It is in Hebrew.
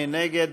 מי נגד?